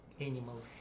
animal